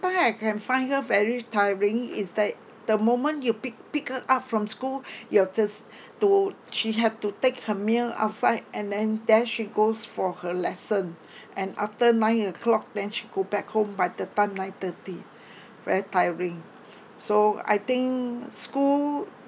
I can find her very tiring is that the moment you pick pick her up from school you're just to she have to take her meal outside and then then she goes for her lesson and after nine O'clock then she go back home by the time nine thirty very tiring so I think school